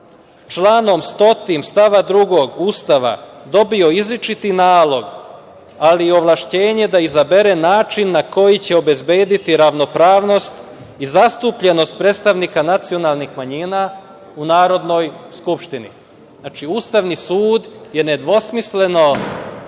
članom 100. stav 2. Ustava dobio izričiti nalog, ali i ovlašćenje da izabere način na koji će obezbediti ravnopravnost i zastupljenost predstavnika nacionalnih manjina u Narodnoj skupštini. Znači, Ustavni sud je nedvosmisleno